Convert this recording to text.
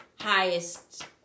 highest